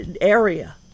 area